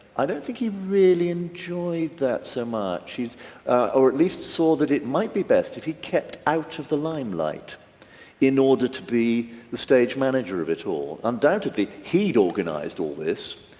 i don't think he really enjoyed that so much he's or at least saw that it might be best if he'd kept out of the limelight in order to be the stage manager of it all. undoubtedly he'd organised all this.